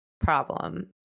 problem